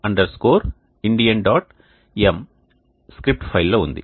m script ఫైల్లో ఉంది